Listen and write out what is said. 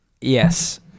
yes